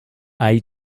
aide